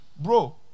bro